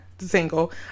single